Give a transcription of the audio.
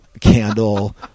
candle